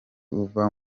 uva